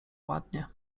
ładnie